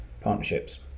Partnerships